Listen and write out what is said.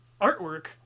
artwork